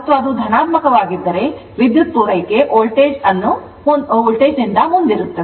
ಮತ್ತು ಅದು ಧನಾತ್ಮಕವಾಗಿದ್ದರೆ ವಿದ್ಯುತ್ ಪೂರೈಕೆ ವೋಲ್ಟೇಜ್ ಅನ್ನು ತಲುಪುತ್ತದೆ